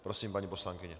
Prosím, paní poslankyně.